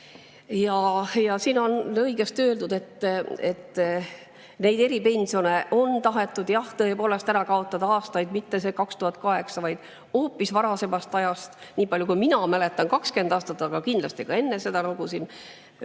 Siin on õigesti öeldud, et neid eripensione on tahetud tõepoolest ära kaotada aastaid, mitte 2008, vaid hoopis varasemast ajast. Nii palju kui mina mäletan, 20 aastat, aga kindlasti ka enne seda, nagu siin